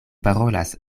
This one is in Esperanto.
parolas